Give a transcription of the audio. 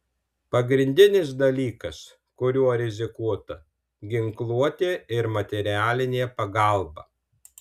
pagrindinis dalykas kuriuo rizikuota ginkluotė ir materialinė pagalba